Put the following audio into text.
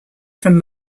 from